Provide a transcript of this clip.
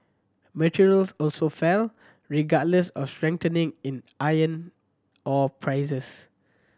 materials also fell regardless of a strengthening in iron ore prices